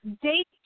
date